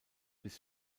bis